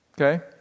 Okay